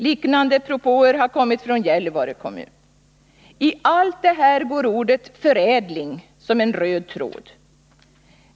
Liknande propåer har kommit från Gällivare kommun. I alla dessa frågor går ordet förädling som en röd tråd.